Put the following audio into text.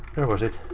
where was it?